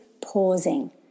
pausing